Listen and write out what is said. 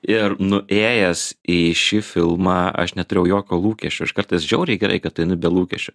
ir nuėjęs į šį filmą aš neturėjau jokio lūkesčio aš kartais žiauriai gerai kad einu be lūkesčių